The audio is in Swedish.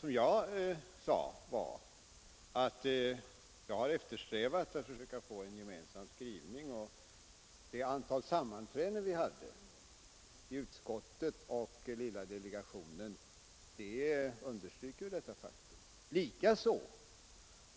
Det jag sade var att jag har eftersträvat en gemensam skrivning, och det antal sammanträden vi hade i utskottet och i lilla delegationen understryker detta faktum, likaså